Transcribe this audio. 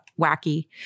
wacky